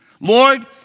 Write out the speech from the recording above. Lord